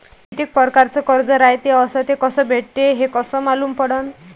कितीक परकारचं कर्ज रायते अस ते कस भेटते, हे कस मालूम पडनं?